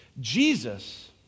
Jesus